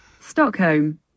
Stockholm